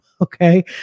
Okay